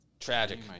Tragic